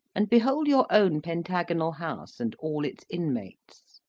and behold your own pentagonal house and all its inmates.